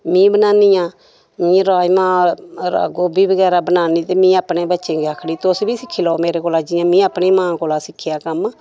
में बनानी आं में राजमांह् गोभी बगैरा बनानी ते में अपने बच्चें गी आखनी तुस बी सिक्खी लैओ मेरे कोला जि'यां मे अपनी मां कोला सिक्खेआ कम्म